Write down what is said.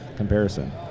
comparison